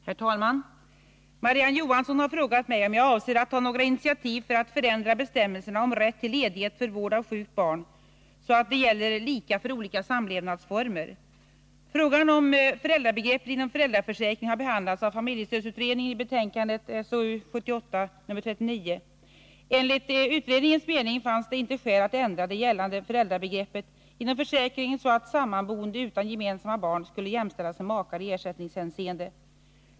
Herr talman! Marie-Ann Johansson har frågat mig om jag avser att ta några initiativ för att förändra bestämmelserna om rätt till ledighet för vård av sjukt barn, så att de gäller lika för olika samlevnadsformer. Frågan om föräldrabegreppet inom föräldraförsäkringen har behandlats av familjestödsutredningen i betänkandet SOU 1978:39. Enligt utredningens mening fanns det inte skäl att ändra det gällande föräldrabegreppet inom försäkringen så att sammanboende utan gemensamma barn skulle jämställas med makar i ersättningshänseende.